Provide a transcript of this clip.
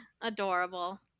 Adorable